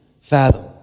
fathom